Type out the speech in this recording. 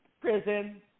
prison